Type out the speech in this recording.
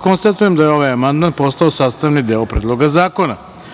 Konstatujem da je ovaj amandman postao sastavni deo Predloga zakona. Reč